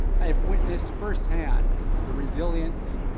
i have witnessed firsthand the resilience,